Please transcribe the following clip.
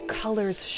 colors